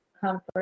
comfort